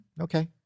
Okay